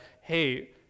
hey